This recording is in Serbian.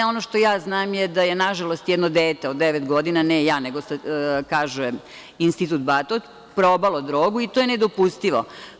Ono što ja znam je da je, nažalost, jedno dete od 9 godina, ne ja nego kaže Institut „Batut“, probalo drogu i to je nedopustivo.